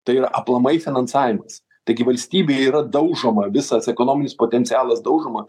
tai yra aplamai finansavimas taigi valstybė yra daužoma visas ekonominis potencialas daužoma